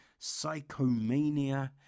Psychomania